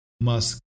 Musk